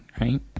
right